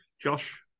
Josh